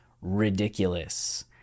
ridiculous